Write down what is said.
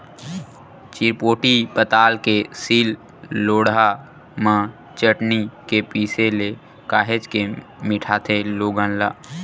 चिरपोटी पताल के सील लोड़हा म चटनी के पिसे ले काहेच के मिठाथे लोगन ला